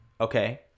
okay